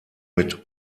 mit